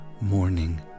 morning